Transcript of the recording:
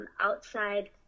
outside